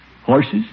horses